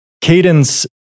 cadence